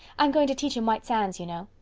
i'm going to teach in white sands, you know.